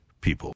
people